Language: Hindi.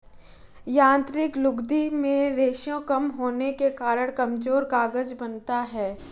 यांत्रिक लुगदी में रेशें कम होने के कारण कमजोर कागज बनता है